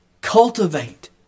Cultivate